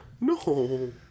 No